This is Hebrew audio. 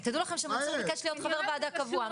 תדעו לכם שמנסור ביקש להיות חבר ועדה קבוע.